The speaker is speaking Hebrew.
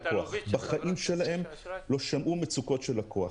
בחיים שלהם לא שמעו מצוקות של לקוח.